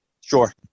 Sure